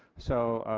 so,